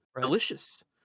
delicious